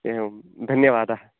एवं धन्यवादः